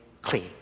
clean